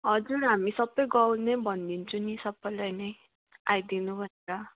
हजुर हामी सबै गाउँ नै भनिदिन्छौँ नि सबैलाई नै आइदिनु भनेर